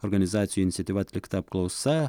organizacijų iniciatyva atlikta apklausa